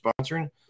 sponsoring